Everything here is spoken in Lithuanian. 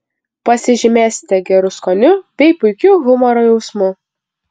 pasižymėsite geru skoniu bei puikiu humoro jausmu